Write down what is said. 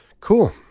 Cool